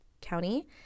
county